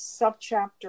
subchapter